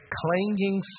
clanging